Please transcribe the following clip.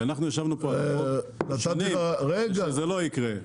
כי אנחנו ישבנו פה שנים שזה לא יקרה.